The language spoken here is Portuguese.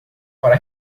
para